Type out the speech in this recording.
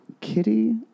Kitty